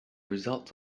results